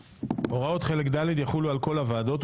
7.הוראות חלק ד׳ יחולו על כל הוועדות,